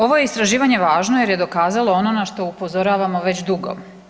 Ovo je istraživanje važno jer je dokazalo ono na što upozoravamo već dugo.